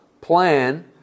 plan